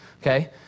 Okay